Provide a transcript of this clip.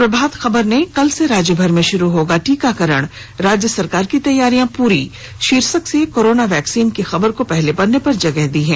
प्रभात खबर ने कल से राज्यभर में शुरू होगा टीकाकरण राज्य सरकार की तैयारी पूरी शीर्षक से कोरोना वैक्सीन की खबर को पहले पन्ने पर पहले पेज पर प्रकाशित किया है